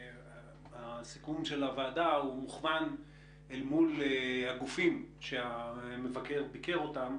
שהסיכום של הוועדה הוא מוכוון אל מול הגופים שהמבקר ביקר אותם.